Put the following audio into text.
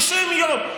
60 יום,